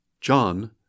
John